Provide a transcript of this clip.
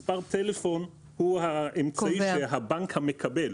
מספר הטלפון הוא האמצעי שהבנק המקבל,